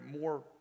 more